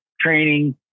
training